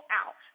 out